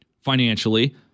financially